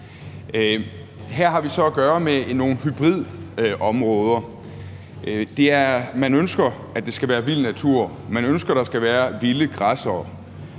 Her har vi så at gøre med nogle hybridområder. Man ønsker, at det skal være vild natur; man ønsker, at der skal være vilde græssere;